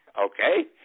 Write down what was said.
Okay